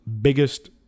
biggest